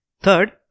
Third